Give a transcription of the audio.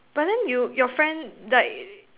but then you your friend like